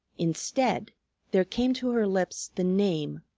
instead there came to her lips the name,